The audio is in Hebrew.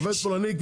עובד פולני,